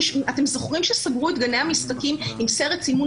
אתם זוכרים שסגרו את גני המשחקים עם סרט סימון